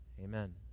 Amen